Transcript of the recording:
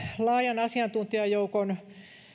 laajan asiantuntijajoukon